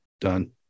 done